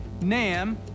NAM